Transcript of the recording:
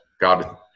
God